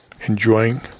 enjoying